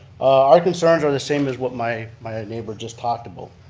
our concerns are the same as what my my ah neighbor just talked about.